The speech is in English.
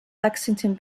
lexington